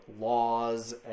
laws